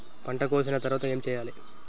పంట కోసిన తర్వాత ఏం చెయ్యాలి?